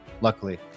luckily